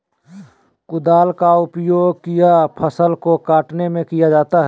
कुदाल का उपयोग किया फसल को कटने में किया जाता हैं?